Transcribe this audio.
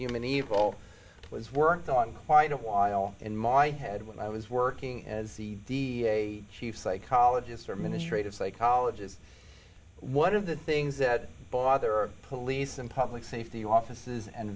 human evil it was worked on quite a while in my head when i was working as the chief psychologist or ministry of psychologist one of the things that bother police and public safety offices and